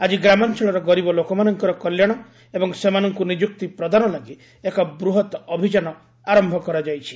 ଆକି ଗ୍ରାମାଞ୍ଚଳର ଗରିବ ଲୋକମାନଙ୍କର କଲ୍ୟାଣ ଏବଂ ସେମାନଙ୍କୁ ନିଯୁକ୍ତି ପ୍ରଦାନ ଲାଗି ଏକ ବୃହତ୍ତ ଅଭିଯାନ ଆରମ୍ଭ କରାଯାଇଛି